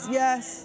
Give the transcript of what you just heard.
yes